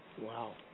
Wow